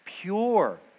pure